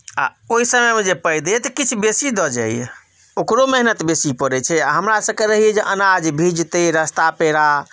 आ ओहि समयमे जे पाइ देत किछु बेसी दऽ जाइए ओकरो मेहनत बेसी पड़ैत छै आ हमरासभकेँ रहैए जे अनाज भिजतै रस्ता पेरा